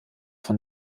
von